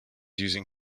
using